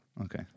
Okay